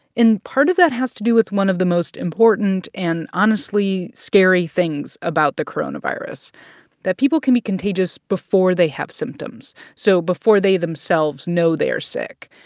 and part of that has to do with one of the most important and, honestly, scary things about the coronavirus that people can be contagious before they have symptoms so before they themselves know they're sick.